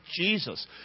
Jesus